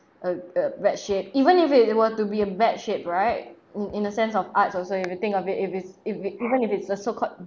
a a bad shape even if it were to be a bad shape right in in a sense of arts also if you think of it if it's if it even if it's a so-called